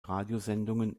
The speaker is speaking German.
radiosendungen